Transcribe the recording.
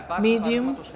medium